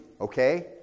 okay